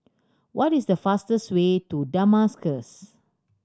what is the fastest way to Damascus